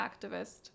activist